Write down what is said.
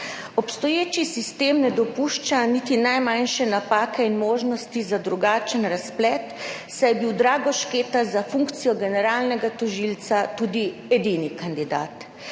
Obstoječi sistem ne dopušča niti najmanjše napake in možnosti za drugačen razplet, saj je bil Drago Šketa za funkcijo generalnega tožilca tudi edini kandidat.